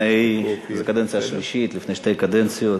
זו הקדנציה השלישית, לפני שתי קדנציות